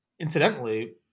Incidentally